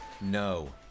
No